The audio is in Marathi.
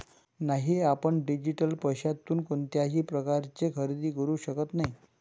नाही, आपण डिजिटल पैशातून कोणत्याही प्रकारचे खरेदी करू शकत नाही